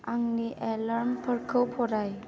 आंनि एलार्मफोरखौ फराय